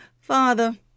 Father